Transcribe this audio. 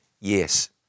yes